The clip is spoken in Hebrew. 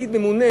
פקיד ממונה,